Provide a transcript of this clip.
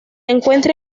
encuentra